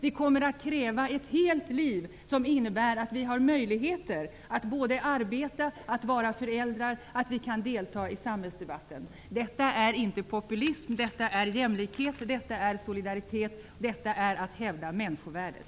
Vi kommer att kräva ett helt liv, som innebär att vi har möjligheter att både arbeta, vara föräldrar och delta i samhällsdebatten. Detta är inte populism. Detta är jämlikhet. Detta är solidaritet. Detta är att hävda människovärdet.